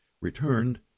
returned